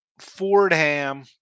Fordham